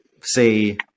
say